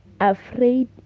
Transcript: afraid